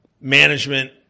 management